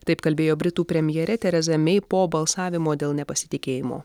taip kalbėjo britų premjerė tereza mei po balsavimo dėl nepasitikėjimo